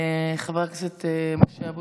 חבר הכנסת משה אבוטבול.